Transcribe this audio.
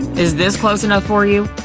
is this close enough for you?